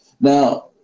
Now